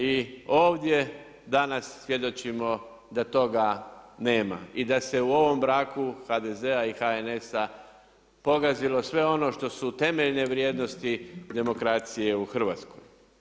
I ovdje danas, svjedočimo da toga nema i da se u ovom braku, HDZ-a i HNS-a, pogazilo sve ono što su temeljne vrijednosti i demokracije u Hrvatskoj.